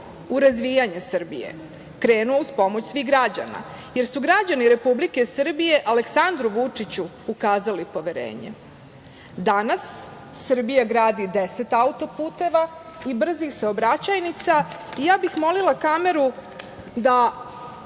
u razvijanje Srbije, krenuo uz pomoć svih građana, jer su građani Republike Srbije Aleksandru Vučiću ukazali poverenje. Danas Srbija gradi deset autoputeva i brzih saobraćajnica. Ja bih molila kameru da